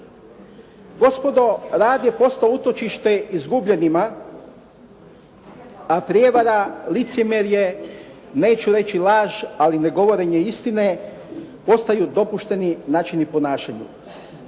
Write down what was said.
Gospodo rad je postao utočište izgubljenima, a prijevara, licemjerje, neću reći laž ali ne govorenje istine postaju dopušteni načini ponašanja.